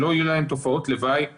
שלא יהיו להם תופעות לוואי קשות.